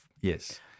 Yes